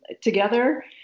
together